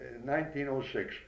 1906